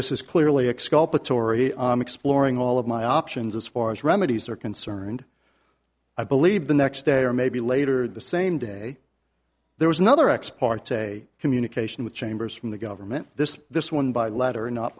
this is clearly exculpatory i'm exploring all of my options as far as remedies are concerned i believe the next day or maybe later the same day there was another ex parte communication with chambers from the government this this one by letter